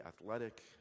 athletic